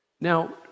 Now